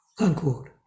Unquote